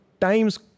times